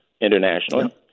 internationally